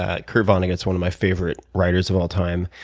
ah kurt vonnegut's one of my favorite writers of all time.